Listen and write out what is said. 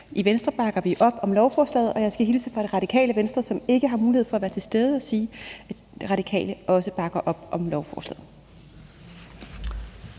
i Venstre bakker vi op om lovforslaget, og jeg skal hilse fra Radikale Venstre, som ikke har mulighed for at være til stede, og sige, at Radikale også bakker op om lovforslaget.